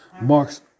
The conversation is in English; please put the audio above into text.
Marx